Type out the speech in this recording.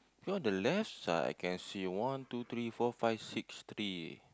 here on the left side I can see one two three four five six tree